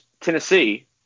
Tennessee